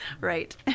Right